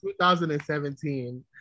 2017